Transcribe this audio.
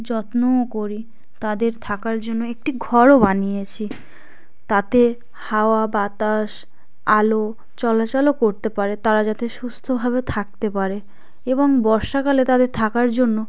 যত্নও করি তাদের থাকার জন্য একটি ঘরও বানিয়েছি তাতে হাওয়া বাতাস আলো চলাচলও করতে পারে তারা যাতে সুস্থভাবে থাকতে পারে এবং বর্ষাকালে তাদের থাকার জন্য